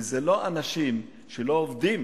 וזה לא אנשים שלא עובדים.